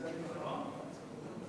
גברתי היושבת בראש,